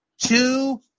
two